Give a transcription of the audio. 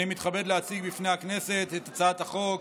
אני מתכבד להציג בפני הכנסת את הצעת חוק